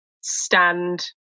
stand